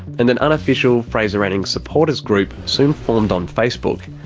and an unofficial fraser anning supporters group soon formed on facebook.